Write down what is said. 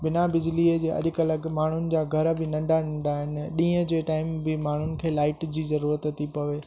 बिना बिजलीअ जे अॼकल्ह माण्हूनि जा घर बि नंढा नंढा आहिनि ॾींहुं जे टाइम बि माण्हूनि खे लाइट जी ज़रूअत थी पवे